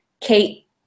Kate